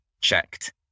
checked